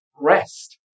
rest